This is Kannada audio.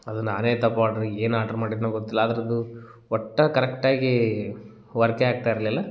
ಅದು ನಾನೇ ತಪ್ಪು ಆರ್ಡ್ರ್ ಏನು ಆರ್ಡ್ರ್ ಮಾಡಿದೆನೋ ಗೊತ್ತಿಲ್ಲ ಆದರದು ಒಟ್ಟು ಕರೆಕ್ಟಾಗಿ ವರ್ಕೇ ಆಗ್ತಾ ಇರಲಿಲ್ಲ